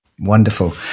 Wonderful